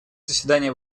заседание